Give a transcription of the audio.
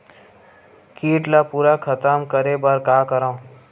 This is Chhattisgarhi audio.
कीट ला पूरा खतम करे बर का करवं?